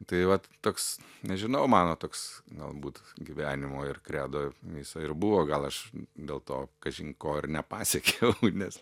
tai vat toks nežinau mano toks galbūt gyvenimo ir kredo jisai ir buvo gal aš dėl to kažin ko ir nepasiekiau nes